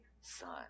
Son